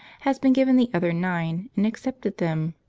has been given the other nine and accepted them.